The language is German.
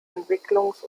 entwicklungs